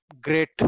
great